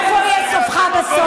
איפה יהיה סופך בסוף,